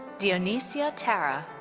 dionisia tara.